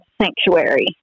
Sanctuary